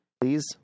Please